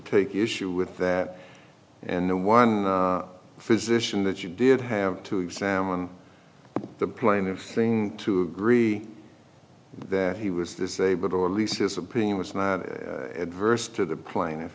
take issue with that and no one physicians that you did have to examine the plaintiff thing to agree that he was disabled or at least his opinion was not adverse to the pla